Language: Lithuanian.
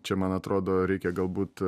čia man atrodo reikia galbūt